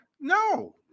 No